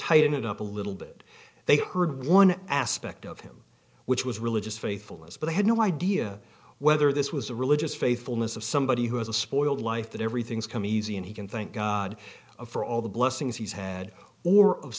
tighten it up a little bit they heard one aspect of him which was religious faithfulness but i had no idea whether this was a religious faithfulness of somebody who has a spoiled life that everything's come easy and he can thank god for all the blessings he's had or of